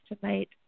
tonight